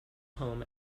home